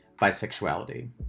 bisexuality